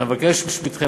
אבקש אתכם,